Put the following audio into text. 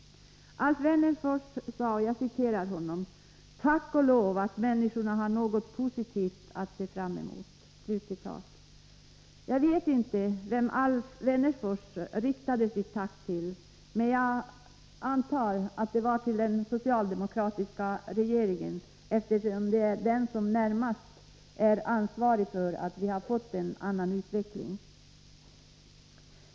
Alf Wennerfors sade: ”Tack och lov att människorna har något positivt att se fram emot.” Jag vet inte vem Alf Wennerfors riktade sitt tack till, men jag antar att det var till den socialdemokratiska regeringen, eftersom det är den som närmast är ansvarig för att vi har fått en annan utveckling.